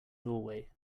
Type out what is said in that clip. doorway